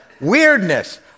weirdness